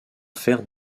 faire